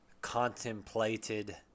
contemplated